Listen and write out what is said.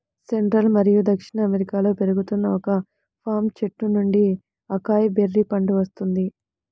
central మరియు దక్షిణ అమెరికాలో పెరుగుతున్న ఒక పామ్ చెట్టు నుండి అకాయ్ బెర్రీ పండు వస్తుంది